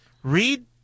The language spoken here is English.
Read